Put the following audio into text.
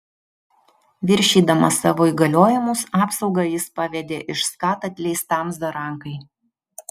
viršydamas savo įgaliojimus apsaugą jis pavedė iš skat atleistam zarankai